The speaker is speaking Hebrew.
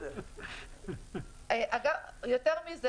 יותר מזה,